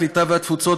הקליטה והתפוצות,